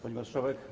Pani Marszałek!